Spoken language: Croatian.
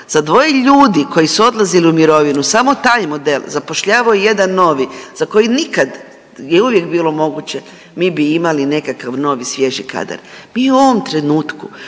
za dvoje ljudi koji su odlazili u mirovinu, samo taj model, zapošljavao jedan novi za koji nikad je uvijek bilo moguće mi bi imali nekakav novi svježi kadar. Mi u ovom trenutku,